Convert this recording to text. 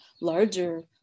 larger